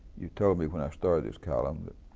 you told me when i started this column that